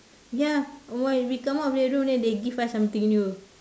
ya why we come out of the room then they give us something new